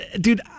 dude